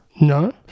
No